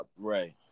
Right